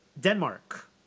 Denmark